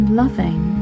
loving